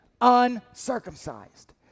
Uncircumcised